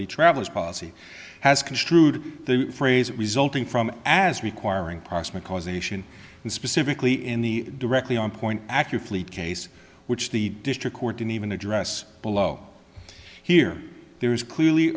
the travelers policy has construed the phrase resulting from as requiring proximate causation and specifically in the directly on point accu fleet case which the district court didn't even address below here there is clearly